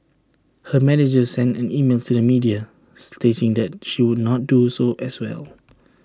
her manager sent an email to the media stating that she would not do so as well